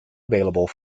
available